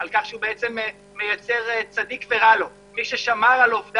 זה על כך שהוא בעצם מייצד "צדיק ורע לו"; מי ששמר על עובדיו